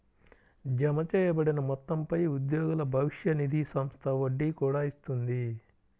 జమచేయబడిన మొత్తంపై ఉద్యోగుల భవిష్య నిధి సంస్థ వడ్డీ కూడా ఇస్తుంది